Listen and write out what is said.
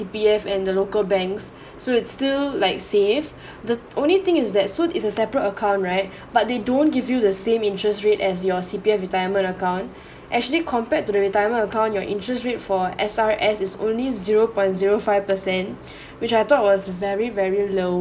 C_P_F and the local banks so it's still like save the only thing is that so it's a separate account right but they don't give you the same interest rate as your C_P_F retirement account actually compared to the retirement account your interest rate for S_R_S is only zero point zero five percent which I thought was very very low